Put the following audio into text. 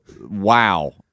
wow